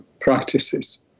practices